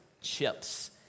chips